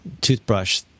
toothbrush